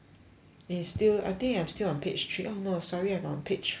eh still I think I'm still on page three oh no sorry I'm on page four already